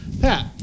pat